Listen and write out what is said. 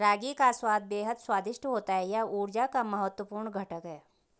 रागी का स्वाद बेहद स्वादिष्ट होता है यह ऊर्जा का महत्वपूर्ण घटक है